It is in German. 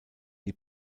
die